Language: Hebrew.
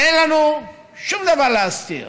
ואין לנו שום דבר להסתיר.